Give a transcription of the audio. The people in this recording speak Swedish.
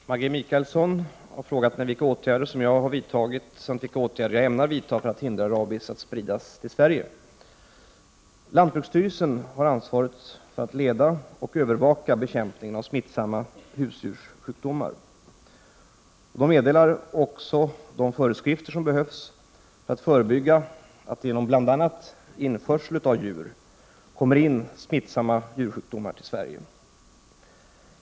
Herr talman! Maggi Mikaelsson har frågat mig om vilka åtgärder som jag har vidtagit samt vilka åtgärder jag ämnar vidta för att hindra rabies att spridas i Sverige. Lanbruksstyrelsen har ansvaret för att leda och övervaka bekämpningen av smittsamma husdjurssjukdomar. Lantbruksstyrelsen meddelar även de föreskrifter som behövs för att förebygga att det genom bl.a. införsel av djur kommer in smittsamma djursjukdomar till landet.